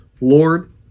Lord